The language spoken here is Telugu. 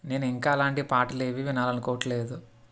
నేను ఇంకా అలాంటి పాటలేవీ వినాలనుకోవట్లేదు